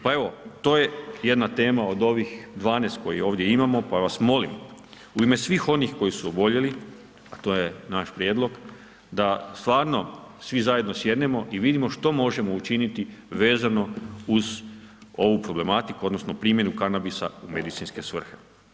Pa evo, to je jedna tema od ovih 12 koje ovdje imamo pa vas molim u ime svih onih koji su oboljeli a to je naš prijedlog, da stvarno svi zajedno sjednemo i vidimo što možemo učiniti vezano uz ovu problematiku odnosno primjenu kanabisa u medicinske svrhe.